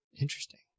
Interesting